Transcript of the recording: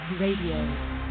Radio